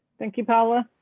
thank you. paula.